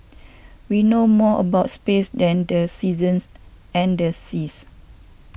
we know more about space than the seasons and the seas